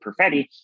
Perfetti